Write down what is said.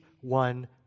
one